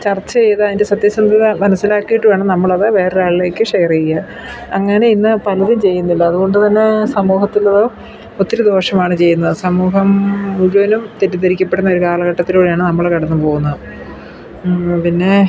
ചർച്ച ചെയ്തു അതിൻ്റെ സത്യസന്ധത മനസ്സിലാക്കിയിട്ട് വേണം നമ്മൾ അത് വേറെ ഒരാളിലേക്ക് ഷെയർ ചെയ്യാൻ അങ്ങനെ ഇന്ന് പലരും ചെയ്യുന്നില്ല അതുകൊണ്ട് തന്നെ സമൂഹത്തിൽ ഒത്തിരി ദോഷമാണ് ചെയ്യുന്നത് സമൂഹം മുഴുവനും തെറ്റിദ്ധരിക്കപ്പെടുന്ന ഒരു കാലഘട്ടത്തിലൂടെയാണ് നമ്മൾ കടന്നു പോവുന്നത് പിന്നേ